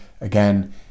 again